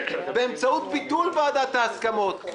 באמצעות ביטול ועדת ההסכמות,